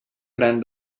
gran